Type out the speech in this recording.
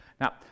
Now